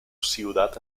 ciudad